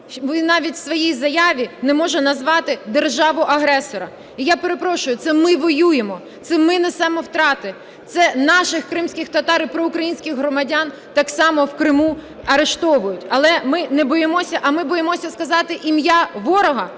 Він навіть у своїй заяві не може назвати державу-агресора. І, я перепрошую, це ми воюємо, це ми несемо втрати, це наших кримських татар і проукраїнських громадян так само в Криму арештовують. Але ми не боїмося. А ми боїмося сказати ім'я ворога,